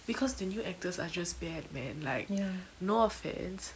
because the new actors are just bad man like no offence